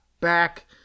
back